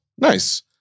Nice